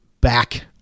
back